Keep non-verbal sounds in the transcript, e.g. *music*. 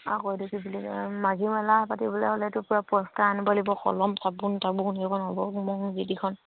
*unintelligible*